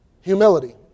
Humility